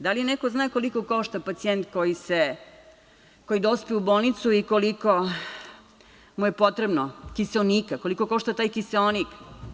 Da li neko zna koliko košta pacijent koji dospe u bolnicu i koliko mu je potrebno kiseonika, koliko košta taj kiseonik?